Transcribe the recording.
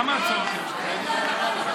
כמה הצעות יש?